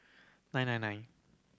nine nine nine